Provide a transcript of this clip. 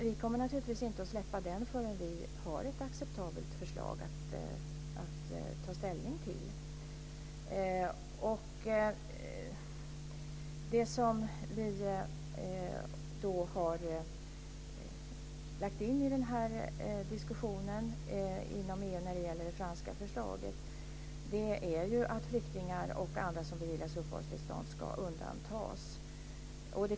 Vi kommer naturligtvis inte att släppa den förrän vi har ett acceptabelt förslag att ta ställning till. Vi har när det gäller det franska förslaget lagt in i diskussionen i EU att flyktingar och andra som beviljas uppehållstillstånd ska undantas.